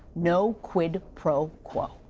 no quid pro quo.